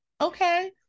Okay